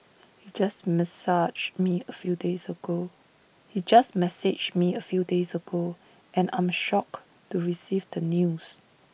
he just messaged me A few days ago he just messaged me A few days ago and I am shocked to receive the news